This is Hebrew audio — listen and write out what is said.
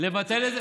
ולעומת זאת,